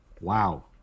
Wow